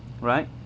Right